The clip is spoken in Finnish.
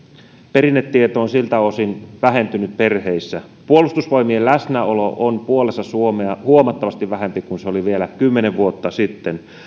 perinnetieto on siltä osin vähentynyt perheissä puolustusvoimien läsnäolo on puolessa suomea huomattavasti vähempi kuin se oli vielä kymmenen vuotta sitten